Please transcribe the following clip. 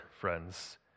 friends